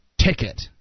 ticket